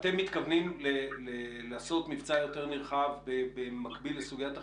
מתכוונים לעשות מבצע יותר נרחב במקביל לסוגיית החיסונים?